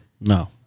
No